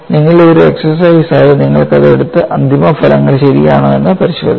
നിങ്ങളുടെ ഒരു എക്സർസൈസ് ആയി നിങ്ങൾക്കത് എടുത്ത് അന്തിമ ഫലങ്ങൾ ശരിയാണോ എന്ന് പരിശോധിക്കാം